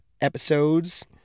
episodes